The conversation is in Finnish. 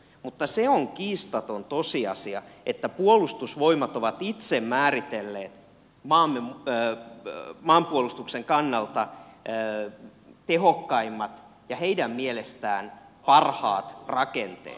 mutta se on kiistaton tosiasia että puolustusvoimat ovat itse määritelleet maanpuolustuksen kannalta tehokkaimmat ja heidän mielestään parhaat rakenteet